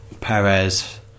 Perez